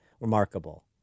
Remarkable